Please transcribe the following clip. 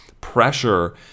pressure